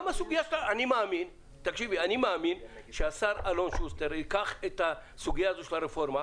אני מאמין שהשר אלון שוסטר ייקח את הסוגייה הזו של הרפורמה,